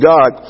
God